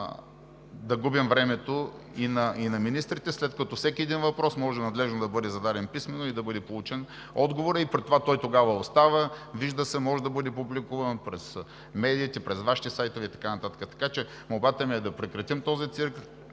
да губим времето и на министрите, след като всеки един въпрос може надлежно да бъде зададен писмено и да бъде получен отговорът. При това той тогава остава, вижда се, може да бъде публикуван през медиите, през Вашите сайтове и така нататък. Молбата ми е да прекратим този цирк,